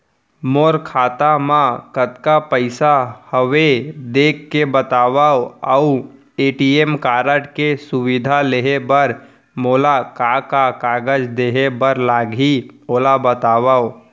मोर खाता मा कतका पइसा हवये देख के बतावव अऊ ए.टी.एम कारड के सुविधा लेहे बर मोला का का कागज देहे बर लागही ओला बतावव?